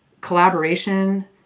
collaboration